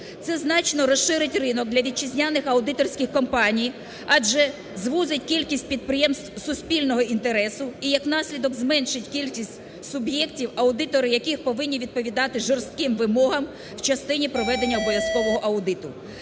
Це значно розширить ринок для вітчизняних аудиторських компаній, адже звузить кількість підприємств суспільного інтересу і, як наслідок, зменшить кількість суб'єктів, аудитори яких повинні відповідати жорстким вимогам в частині проведення обов'язкового аудиту.